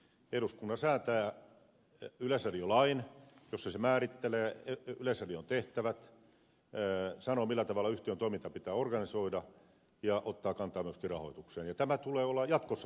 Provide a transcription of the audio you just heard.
eduskunta säätää yleisradiolain jossa se määrittelee yleisradion tehtävät sanoo millä tavalla yhtiön toiminta pitää organisoida ja ottaa kantaa myöskin rahoitukseen ja tämän tulee olla jatkossakin sen tehtävä